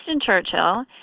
Churchill